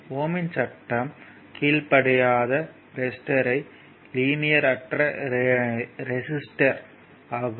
ஓம் இன் சட்டத்தை Ohm's Law கீழ்ப்படியாத ரெசிஸ்டர்யை லீனியர் அற்ற ரெசிஸ்டர் ஆகும்